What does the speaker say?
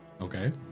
Okay